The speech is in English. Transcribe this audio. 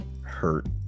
hurt